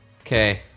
Okay